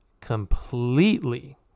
completely